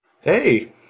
Hey